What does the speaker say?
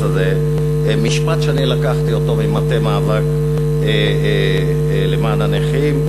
הזה משפט שאני לקחתי ממטה מאבק למען הנכים,